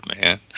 man